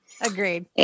Agreed